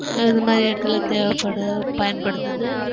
அது மாதிரி இடத்துல தேவைப்படுதோ பயன்படுத்தது